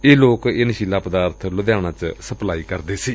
ਇਹ ਲੋਕ ਇਹ ਨਸ਼ੀਲਾ ਪਦਾਰਬ ਲੁਧਿਆਣਾ ਚ ਸਪਲਾਈ ਕਰਦੇ ਸਨ